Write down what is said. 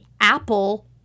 apple